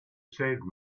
save